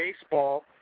baseball